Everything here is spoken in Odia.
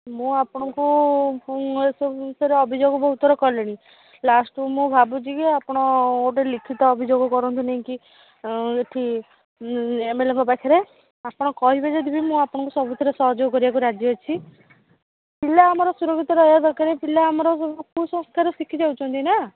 ମୁଁ ଆପଣଙ୍କୁ ଏ ସବୁ ବିଷୟରେ ଅଭିଯୋଗ ବହୁତଥର କଲିଣି ଲାଷ୍ଟକୁ ମୁଁ ଭାବୁଛିକି ଆପଣ ଗୋଟିଏ ଲିଖିତ ଅଭିଯୋଗ କରନ୍ତୁ ନେଇକି ଏ ଏଠି ଏମଏଲଏଙ୍କ ପାଖରେ ଆପଣ କହିବେ ଯଦି ବି ମୁଁ ଆପଣଙ୍କୁ ସବୁଥିରେ ସହଯୋଗ କରିବାକୁ ରାଜି ଅଛି ପିଲା ଆମର ସୁରକ୍ଷିତ ରହିବା ଦରକାର ପିଲା ଆମର ସବୁ କୁସଂସ୍କାର ଶିଖି ଯାଉଛନ୍ତି ନା